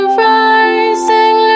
rising